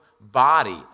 body